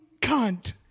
cunt